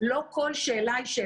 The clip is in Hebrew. בוודאי לא בחומרה הזו שלה.